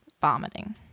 vomiting